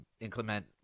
inclement